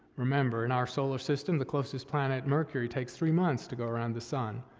remember, in our solar system, the closest planet, mercury, takes three months to go around the sun.